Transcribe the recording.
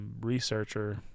researcher